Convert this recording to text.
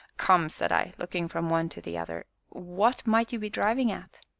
come, said i, looking from one to the other, what might you be driving at?